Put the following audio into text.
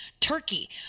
Turkey